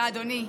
אדוני.